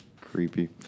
Creepy